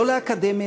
לא לאקדמיה.